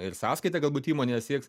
ir sąskaita galbūt įmonės iks